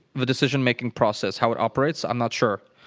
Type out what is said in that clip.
the decision-making process, how it operates, i'm not sure.